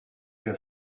que